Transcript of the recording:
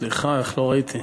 סליחה, איך לא ראיתי?